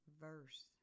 Verse